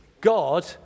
God